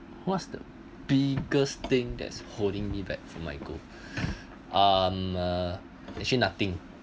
what's the biggest thing that's holding me back from my goal um uh actually nothing